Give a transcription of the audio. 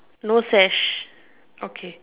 no sash okay